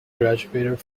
graduated